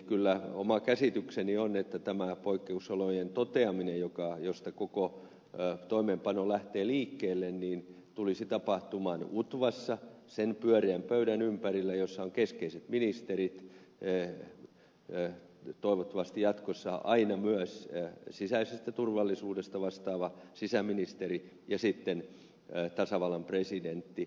kyllä oma käsitykseni on että tämä poikkeusolojen toteaminen josta koko toimeenpano lähtee liikkeelle tulisi tapahtumaan utvassa sen pyöreän pöydän ympärillä jossa on keskeiset ministerit toivottavasti jatkossa aina myös sisäisestä turvallisuudesta vastaava sisäministeri ja sitten tasavallan presidentti